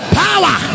power